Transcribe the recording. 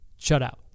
shutout